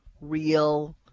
real